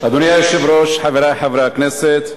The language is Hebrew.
אדוני היושב-ראש, חברי חברי הכנסת,